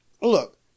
look